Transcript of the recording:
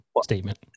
statement